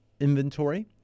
inventory